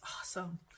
awesome